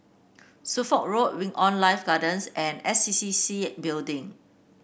Suffolk Road Wing On Life Gardens and S C C C Building